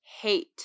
hate